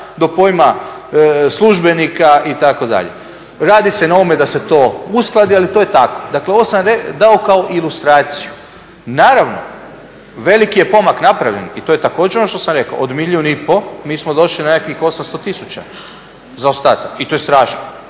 do pojma službenika itd. Radi se na ovome da se to uskladi, ali to je tako. Dakle, ovo sam dao kao ilustraciju. Naravno, veliki je pomak napravljen i to je također ono što sam rekao. Od milijun i pol mi smo došli na nekakvih 800 tisuća zaostataka i to je strašno.